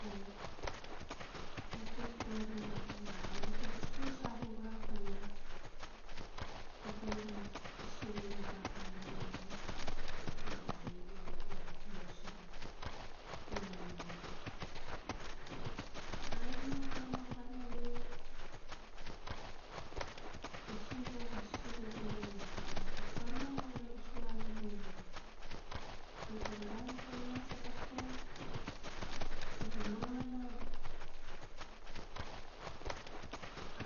E nape stori abu al pe kuskus abu a pana tapal ina siva ina bap ai nu ge etang e lo siva naminang e aino aino pana leu, ta siva ga siva ro iat tuman ta kono ga isua alabu la laman kasang gun tangi asot tektek ata mamana